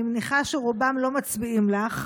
אני מניחה שרובם לא מצביעים לך,